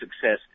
success